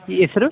ಹೆಸ್ರು